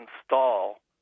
install